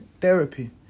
therapy